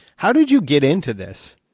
how did you get into this?